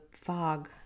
fog